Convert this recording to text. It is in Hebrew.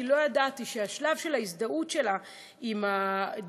כי לא ידעתי שהשלב של ההזדהות שלה עם הבריטים,